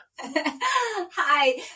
Hi